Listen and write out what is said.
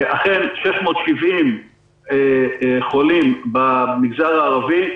ואכן 670 חולים במגזר הערבי.